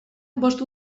bost